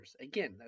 Again